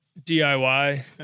DIY